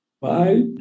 Bye